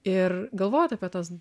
ir galvot apie tas